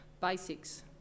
basics